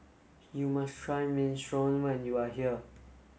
you must try Minestrone when you are here